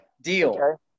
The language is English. Deal